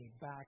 back